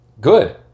Good